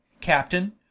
Captain